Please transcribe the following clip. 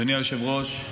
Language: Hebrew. אדוני היושב-ראש,